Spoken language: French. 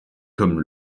comme